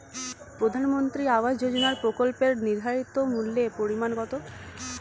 প্রধানমন্ত্রী আবাস যোজনার প্রকল্পের নির্ধারিত মূল্যে পরিমাণ কত?